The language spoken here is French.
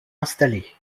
installée